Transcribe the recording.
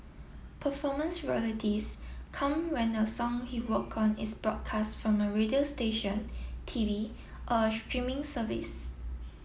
performance royalties come when a song he worked on is broadcast from a radio station T V or a streaming service